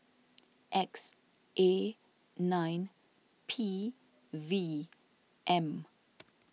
X A nine P V M